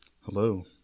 Hello